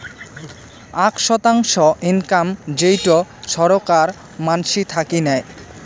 আক শতাংশ ইনকাম যেইটো ছরকার মানসি থাকি নেয়